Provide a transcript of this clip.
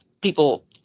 people